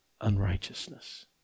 unrighteousness